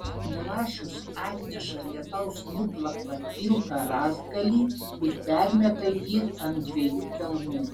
milašius atneša lietaus nuplaktą pilką rąstgalį ir permeta jį ant dviejų kelmų